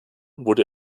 wurde